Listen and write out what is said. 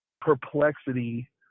perplexity